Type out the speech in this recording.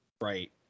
Right